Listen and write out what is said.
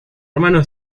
hermano